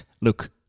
look